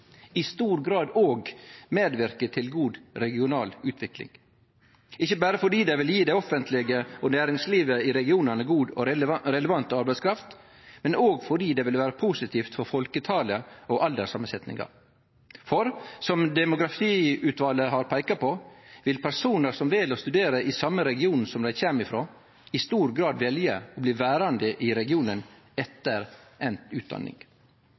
i stor grad òg medverke til god regional utvikling, ikkje berre fordi det vil gi det offentlege og næringslivet i regionane god og relevant arbeidskraft, men òg fordi det vil vere positivt for folketalet og alderssamansetjinga. Som demografiutvalet har peika på, vil personar som vel å studere i same region som kjem ifrå, i stor grad velje å bli verande i regionen etter enda utdanning.